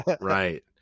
Right